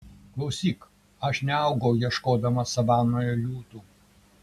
klausyk aš neaugau ieškodamas savanoje liūtų